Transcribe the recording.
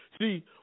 See